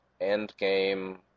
end-game